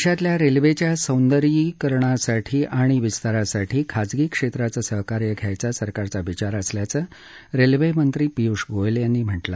देशातल्या रेल्वेच्या सौंदर्यीकरणासाठी आणि विस्तारासाठी खाजगी क्षेत्राचं सहकार्य घ्यायचा सरकारचा विचार असल्याचं रेल्वेमंत्री पियुष गोयल यांनी सांगितलं